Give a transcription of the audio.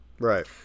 Right